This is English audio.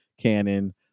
canon